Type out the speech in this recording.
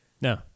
No